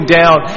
down